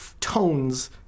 tones